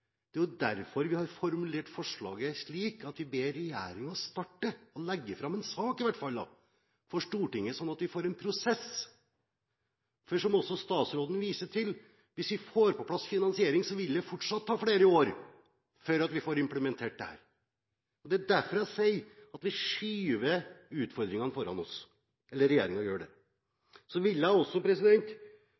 Det er jo derfor vi har formulert forslaget slik – at vi ber regjeringen om å starte, i hvert fall legge fram en sak for Stortinget, sånn at vi får en prosess. Som statsråden viser til: Hvis vi får på plass finansiering, vil det fortsatt ta flere år før vi får implementert dette. Det er derfor jeg sier at vi skyver utfordringene foran oss – eller regjeringen gjør det. Jeg vil også